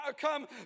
come